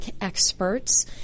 experts